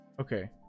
okay